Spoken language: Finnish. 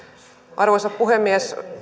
arvoisa puhemies